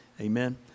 Amen